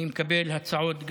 אני מקבל הצעות.